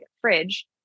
fridge